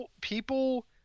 people –